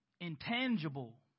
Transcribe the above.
intangible